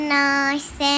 nice